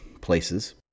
places